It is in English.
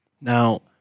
Now